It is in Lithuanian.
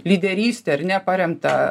lyderyste ar ne paremtą